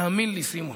תאמין לי, סימון,